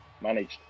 Managed